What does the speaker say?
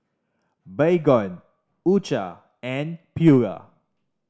Baygon U Cha and Pura